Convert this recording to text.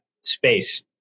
space